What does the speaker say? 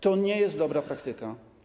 To nie jest dobra praktyka.